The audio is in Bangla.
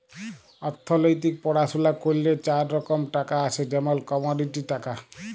অথ্থলিতিক পড়াশুলা ক্যইরলে চার রকম টাকা আছে যেমল কমডিটি টাকা